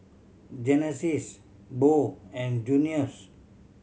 Genesis Bo and Junius